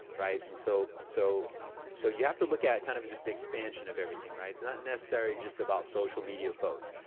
right? and so so so you have to look at kind of just the expansion of everything, right? it's not necessarily just about social media posts.